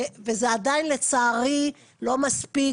וזה עדיין לצערי לא מספיק.